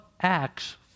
acts